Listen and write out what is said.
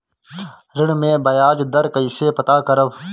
ऋण में बयाज दर कईसे पता करब?